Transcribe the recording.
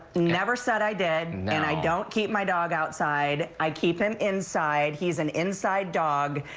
never said i did and i don't keep my dog outside. i keep him inside. he's an inside dog.